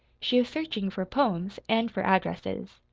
she was searching for poems and for addresses.